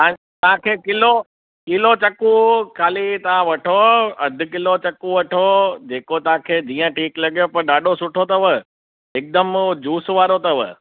हाणे तव्हांखे kilo kilo चकू खाली तव्हां वठो अधु किलो चकू वठो जेको तव्हांखे जीअं ठीकु लॻेव पर ॾाढो सुठो अथव हिकदमु उहो जूस वारो अथव